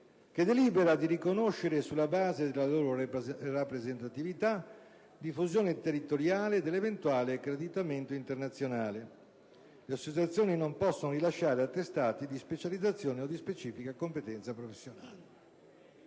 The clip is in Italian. che delibera di riconoscere sulla base della loro rappresentatività, diffusione territoriale e dell'eventuale accreditamento internazionale. Le associazioni non possono rilasciare attestati di specializzazione o di specifica competenza professionale».